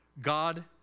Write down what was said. God